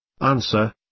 Answer